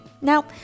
Now